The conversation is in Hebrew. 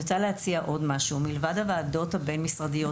אני רוצה להציע עוד משהו: מלבד הוועדות הבין-משרדיות,